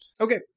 Okay